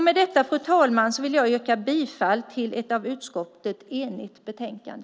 Med detta, fru talman, yrkar jag bifall till förslaget från ett enigt utskott.